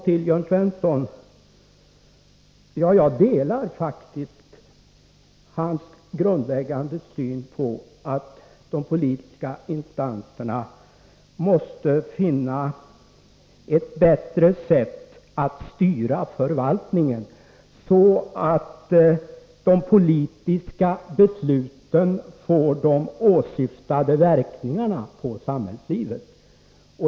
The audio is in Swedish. Till Jörn Svensson: Jag delar faktiskt hans grundläggande syn på att de politiska instanserna måste finna ett bättre sätt att styra förvaltningen, så att de politiska besluten får de åsyftade verkningarna på samhällslivet.